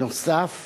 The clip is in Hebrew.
נוסף